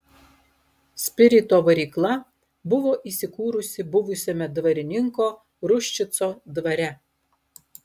spirito varykla buvo įsikūrusi buvusiame dvarininko ruščico dvare